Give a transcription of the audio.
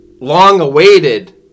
long-awaited